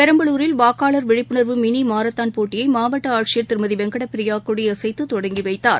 பெரம்பலூரில் வாக்காளர் விழிப்புணர்வு மினி மாரத்தான் போட்டியை மாவட்ட ஆட்சியர் திருமதி வெங்கட பிரியா கொடியசைத்து தொடங்கி வைத்தார்